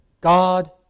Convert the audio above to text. God